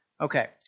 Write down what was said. Okay